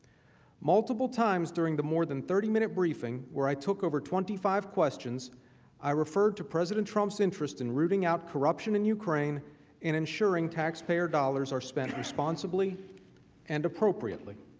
multiple times during the more than thirty minute briefing where i took over twenty five questions i referred to president trump's interest in rooting out corruption in ukraine and ensuring taxpayer dollars are spent responsibly and appropriately.